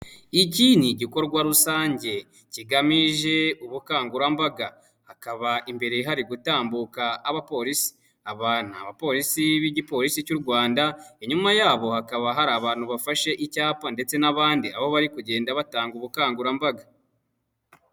Iki ni igikorwa rusange kigamije ubukangurambaga, hakaba imbere hari gutambuka abapolisi, aba ni apolisi b'igihugu cy'u Rwanda, inyuma yabo hakaba hari abantu bafashe icyapa ndetse n'abandi aho bari kugenda batanga ubukangurambaga.